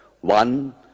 One